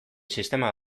sistema